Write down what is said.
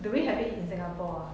do we have in singapore ah